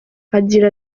agira